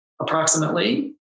approximately